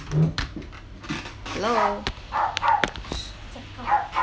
hello